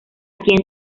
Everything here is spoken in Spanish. entra